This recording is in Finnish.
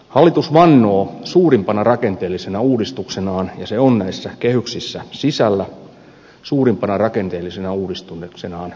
hallitus vannoo suurimpana rakenteellisena uudistuksenaan ja se on näissä kehyksissä sisällä suurimpana rakenteellisena uudistuksenaan kuntarakenneuudistuksen